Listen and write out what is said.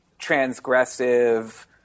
transgressive